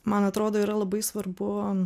man atrodo yra labai svarbu